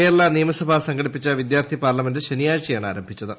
കേരള നിയമസഭ സംഘടിപ്പിച്ച വിദ്യാർത്ഥി പാർലമെന്റ് ശനിയാഴ്ചയാണ് ആരംഭിച്ചത്